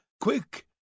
quick